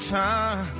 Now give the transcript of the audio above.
time